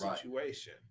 situation